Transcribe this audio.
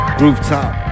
rooftop